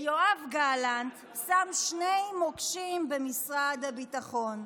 ליואב גלנט שם שני מוקשים במשרד הביטחון: